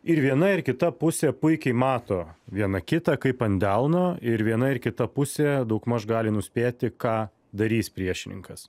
ir viena ir kita pusė puikiai mato viena kitą kaip ant delno ir viena ir kita pusė daugmaž gali nuspėti ką darys priešininkas